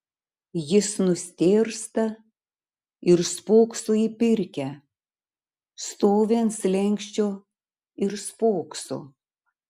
jis nustėrsta ir spokso į pirkią stovi ant slenksčio ir spokso